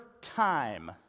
time